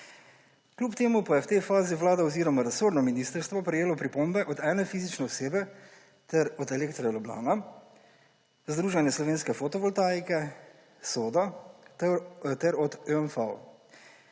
kljub temu pa je v tej fazi vlada oziroma resorno ministrstvo prejelo pripombe od ene fizične osebe ter od Elektra Ljubljana, Združenja slovenske fotovoltaike, SOD-a ter od /